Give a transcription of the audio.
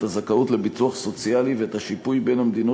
את הזכאות לביטוח סוציאלי ואת השיפוי בין המדינות